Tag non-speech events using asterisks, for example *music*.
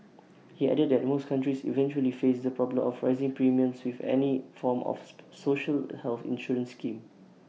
he added that most countries eventually face the problem of rising premiums with any form of *unintelligible* social health insurance scheme